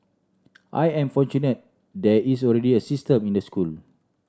I am fortunate there is already a system in the school